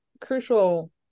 crucial